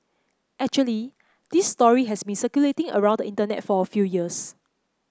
actually this story has been circulating around the Internet for a few years